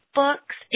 books